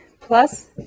plus